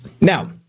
Now